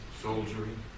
Soldiering